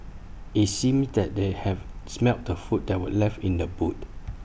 IT seemed that they have smelt the food that were left in the boot